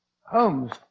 Holmes